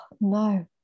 no